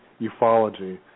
ufology